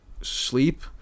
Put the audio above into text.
Sleep